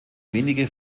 wenige